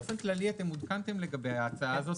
באופן כללי אתם עודכנתם לגבי ההצעה הזאת.